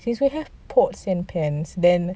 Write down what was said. so they have pots and pans then